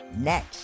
Next